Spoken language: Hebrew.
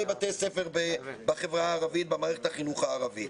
בתי ספר בחברה הערבית במערכת החינוך הערבית.